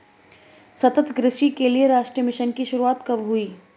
सतत कृषि के लिए राष्ट्रीय मिशन की शुरुआत कब हुई?